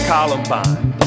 Columbine